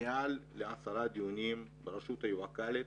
מעל ל-10 דיונים בראשות היועכ"לית